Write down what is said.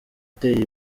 ateye